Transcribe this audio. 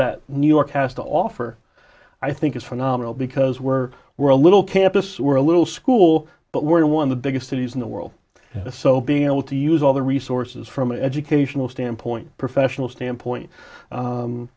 that new york has to offer i think is phenomenal because we're we're a little campus we're a little school but we won the biggest cities in the world so being able to use all the resources from an educational standpoint professional standpoint